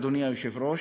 אדוני היושב-ראש,